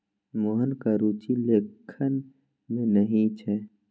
मोहनक रुचि लेखन मे नहि छै